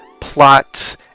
plot